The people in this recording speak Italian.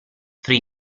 free